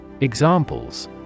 Examples